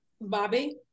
Bobby